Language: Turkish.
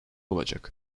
olacak